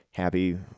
happy